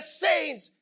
saints